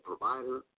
provider